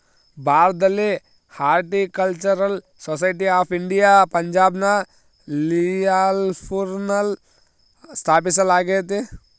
ಭಾರತದಲ್ಲಿ Horticultural Society of India ಪಂಜಾಬ್ನ ಲಿಯಾಲ್ಪುರ್ನಲ್ಲ ಸ್ಥಾಪಿಸಲಾಗ್ಯತೆ